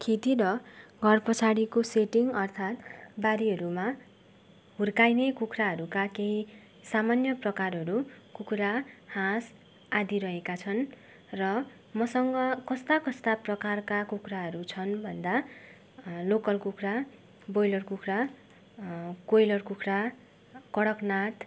खेती र घरपछाडिको सेटिङ अर्थात् बारीहरूमा हुर्काइने कुखुराहरूको केही सामान्य प्रकारहरू कुखुरा हाँस आदि रहेका छन् र मसँग कस्ता कस्ता प्रकारका कुखुराहरू छन् भन्दा लोकल कुखुरा ब्रोयलर कुखुरा कोयलर कुखुरा कडकनाथ